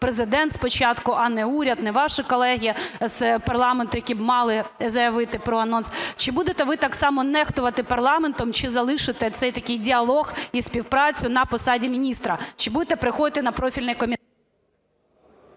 Президент спочатку, а не уряд, не ваші колеги з парламенту, які б мали заявити про анонс. Чи будете ви так само нехтувати парламентом, чи залишите цей такий діалог і співпрацю на посаді міністра? Чи будете приходити на профільний…